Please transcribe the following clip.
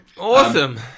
Awesome